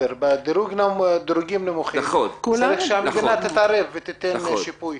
בדירוגים נמוכים צריך שהמדינה תתערב ותיתן שיפוי.